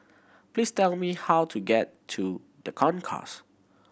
please tell me how to get to The Concourse